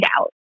out